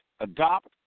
Adopt